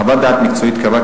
חוות דעת מקצועית קבעה,